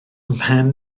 mhen